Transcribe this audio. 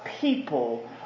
people